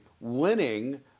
winning